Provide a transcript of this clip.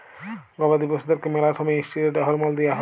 গবাদি পশুদ্যারকে ম্যালা সময়ে ইসটিরেড হরমল দিঁয়া হয়